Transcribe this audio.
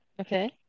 Okay